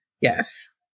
yes